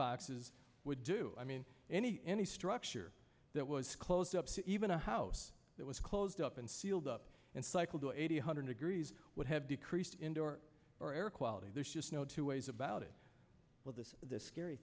boxes would do i mean any any structure that was closed up even a house that was closed up and sealed up and cycle to a hundred degrees would have decreased indoor or air quality there's just no two ways about it well this is the scary